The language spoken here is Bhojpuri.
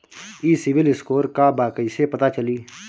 ई सिविल स्कोर का बा कइसे पता चली?